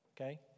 Okay